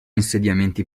insediamenti